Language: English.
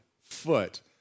foot